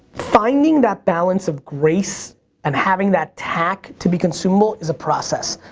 finding that balance of grace and having that tact to be consumable is a process.